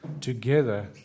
together